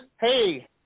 Hey